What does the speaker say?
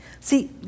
See